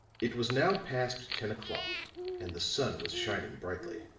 it was now past ten o'clock and the sun was shining brightly